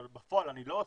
אבל בפועל אני לא עושה,